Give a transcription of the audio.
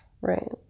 Right